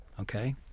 okay